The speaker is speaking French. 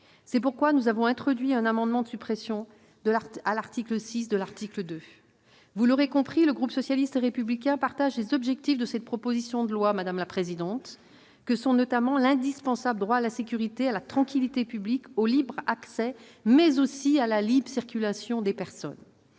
raison pour laquelle nous avons déposé un amendement de suppression de l'alinéa 6 de l'article 2. Vous l'aurez compris, le groupe socialiste et républicain partage les objectifs de cette proposition de loi, que sont notamment les indispensables droits à la sécurité, à la tranquillité publique, au libre accès, mais aussi à la libre circulation des personnes,